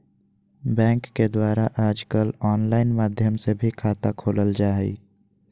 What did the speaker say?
bank के द्वारा आजकल आनलाइन माध्यम से भी खाता खोलल जा हइ